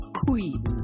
queen